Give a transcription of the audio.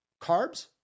Carbs